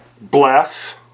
Bless